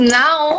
now